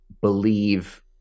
believe